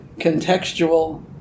contextual